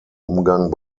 umgang